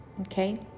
okay